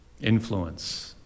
influence